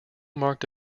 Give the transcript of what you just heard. marked